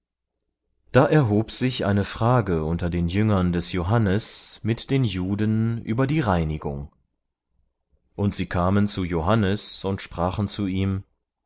da erhob sich eine frage unter den jüngern des johannes mit den juden über die reinigung und sie kamen zu johannes und sprachen zu ihm